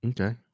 Okay